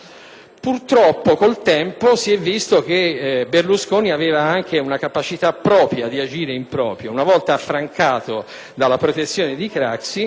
Purtroppo, con il tempo, si è visto che Berlusconi aveva anche una capacità propria di agire in proprio. Una volta affrancato dalla protezione di Craxi,